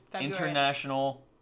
International